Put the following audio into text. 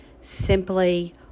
simply